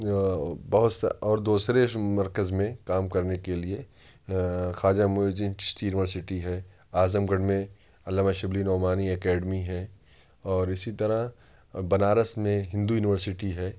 بہت اور دوسرے مرکز میں کام کرنے کے لیے خواجہ معین الدین چشتی یونیورسٹی ہے اعظم گڑھ میں علامہ شبلی نعمانی اکیڈمی ہے اور اسی طرح بنارس میں ہندو یونیورسٹی ہے